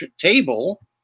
table